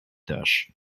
dish